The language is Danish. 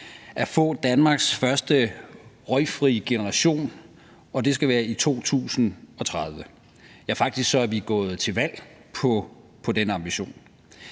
at få Danmarks første røgfri generation, og det skal være i 2030 – ja, faktisk er vi gået til valg på den ambition.